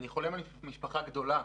אני חולם על משפחה גדולה.